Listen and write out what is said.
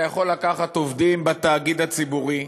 אתה יכול לקחת עובדים בתאגיד הציבורי,